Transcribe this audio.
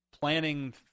planning